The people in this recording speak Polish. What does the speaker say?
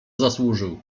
zasłużył